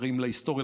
דברים להיסטוריה,